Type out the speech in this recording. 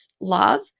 love